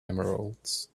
emeralds